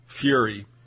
fury